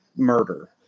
Murder